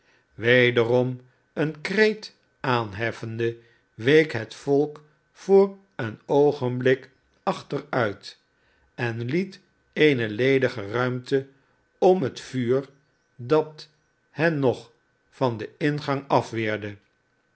wederom een kreet aanheffende week het volk voor een oogenblik achtermt en liet eene ledige ruimte om het vuur dat hen nog van den mgang afweerde